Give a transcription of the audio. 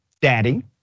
Daddy